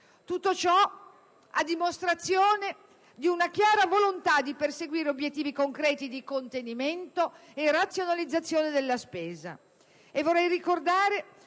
Tutto ciò a dimostrazione di una chiara volontà di perseguire obiettivi concreti di contenimento e razionalizzazione della spesa.